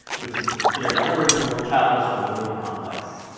which is considered unoriginal, childish and overly complex.